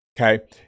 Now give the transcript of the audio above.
Okay